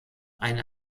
eine